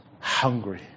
hungry